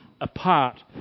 apart